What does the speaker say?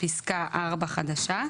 פסקה 4 חדשה.